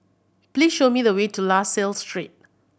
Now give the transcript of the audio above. please show me the way to La Salle Street